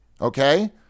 Okay